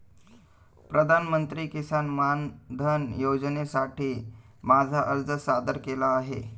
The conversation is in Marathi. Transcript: प्रधानमंत्री किसान मानधन योजनेसाठी मी माझा अर्ज सादर केला आहे